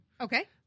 Okay